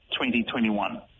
2021